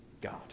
God